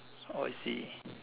oh I see